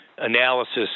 analysis